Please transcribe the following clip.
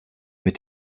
mit